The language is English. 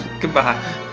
Goodbye